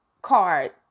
card